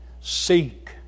seek